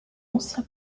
ancien